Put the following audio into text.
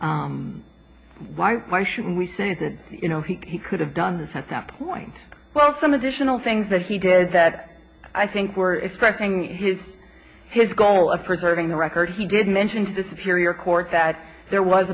why why should we say that you know he could have done this at that point well some additional things that he did that i think were expressing his his goal of preserving the record he did mention to disappear court that there was